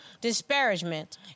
disparagement